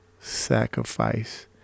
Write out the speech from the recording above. sacrifice